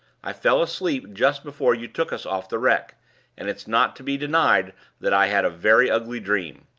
i fell asleep just before you took us off the wreck and it's not to be denied that i had a very ugly dream.